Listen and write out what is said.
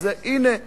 הנה,